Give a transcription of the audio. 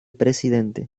presidente